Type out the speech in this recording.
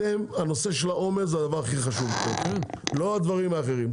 הנושא של העומס זה הנושא הכי חשוב מבחינתכם ולא הדברים האחרים,